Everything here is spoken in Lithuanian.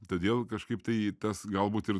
todėl kažkaip tai tas galbūt ir